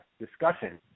discussion